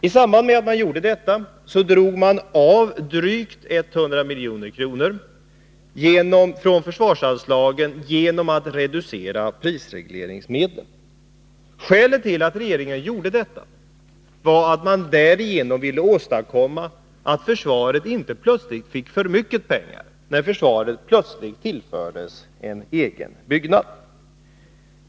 I samband med att man gjorde detta drog man av drygt 100 milj.kr. från försvarsanslagen genom att reducera prisregleringsmedlen. Skälet till att regeringen gjorde detta var att den därigenom ville förhindra att försvaret fick för mycket pengar, när det plötsligt tillfördes en egen byggnad.